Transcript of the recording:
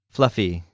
Fluffy